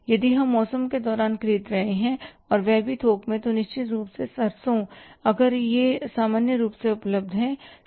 यदि हम मौसम के दौरान खरीद रहे हैं और वह भी थोक में निश्चित रूप से सरसों अगर यह सामान्य रूप से उपलब्ध है